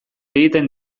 egiten